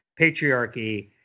patriarchy